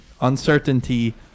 uncertainty